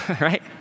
right